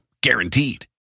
guaranteed